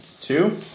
Two